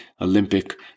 Olympic